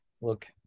Look